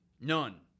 None